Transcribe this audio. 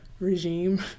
regime